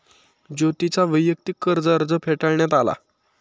ज्योतीचा वैयक्तिक कर्ज अर्ज फेटाळण्यात आला